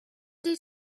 did